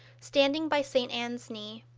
standing by st. anne's knee,